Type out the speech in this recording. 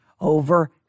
over